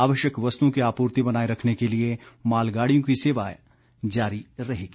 आवश्यक वस्तुओं की आपूर्ति बनाए रखने के लिए मालगाडियों की सेवा जारी रहेगी